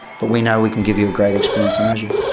but we know we can give you a great experience on azure.